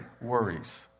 worries